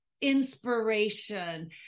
inspiration